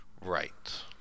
Right